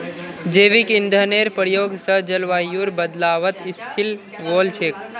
जैविक ईंधनेर प्रयोग स जलवायुर बदलावत स्थिल वोल छेक